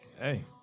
Hey